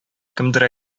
кемдер